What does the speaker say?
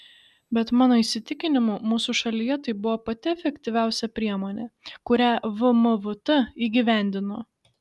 bet mano įsitikinimu mūsų šalyje tai buvo pati efektyviausia priemonė kurią vmvt įgyvendino